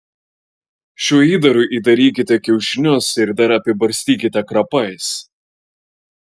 šiuo įdaru įdarykite kiaušinius ir dar apibarstykite krapais